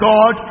God